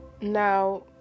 Now